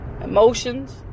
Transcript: Emotions